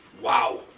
Wow